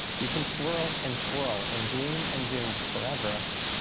you can swirl and twirl and gloom and doom forever,